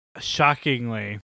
Shockingly